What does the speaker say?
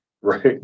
Right